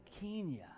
Kenya